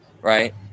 right